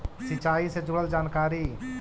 सिंचाई से जुड़ल जानकारी?